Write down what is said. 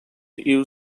you